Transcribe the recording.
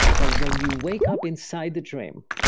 but when you wake up inside the dream,